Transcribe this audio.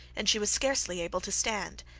and she was scarcely able to stand.